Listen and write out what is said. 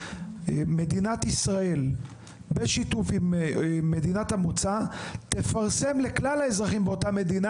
מדינת ישראל בשיתוף עם מדינת המוצא תפרסם לכלל האזרחים באותה מדינה